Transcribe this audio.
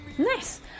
Nice